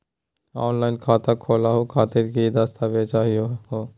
Offline खाता खोलहु खातिर की की दस्तावेज चाहीयो हो?